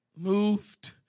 Moved